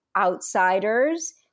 outsiders